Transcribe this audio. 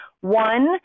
one